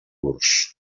curs